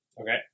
Okay